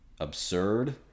absurd